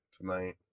tonight